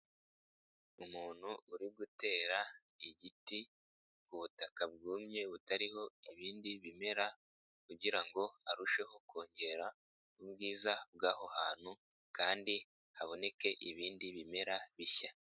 Umuntu uri gutera igiti ku butaka bwumye butariho ibindi bimera kugira ngo arusheho kongera ubwiza bw'aho hantu kandi haboneke ibindi bimera bishya.